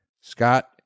Scott